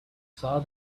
saw